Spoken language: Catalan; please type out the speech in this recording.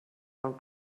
bon